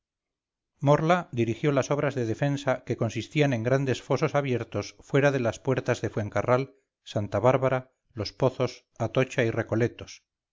morla dirigió las obras de defensa que consistían en grandes fosos abiertos fuera de laspuertas de fuencarral santa bárbara los pozos atocha y recoletos